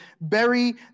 bury